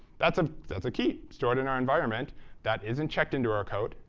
that's ah that's a key stored in our environment that isn't checked into our code.